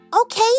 Okay